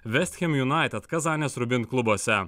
vestchem junaited kazanės rubin klubuose